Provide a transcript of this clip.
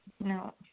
No